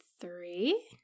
three